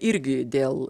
irgi dėl